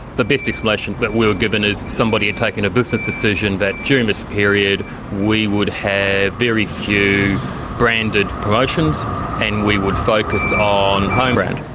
the best explanation that we were given is that somebody had taken a business decision that during this period we would have very few branded promotions and we would focus on home-brand.